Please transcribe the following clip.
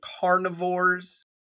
Carnivores